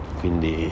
quindi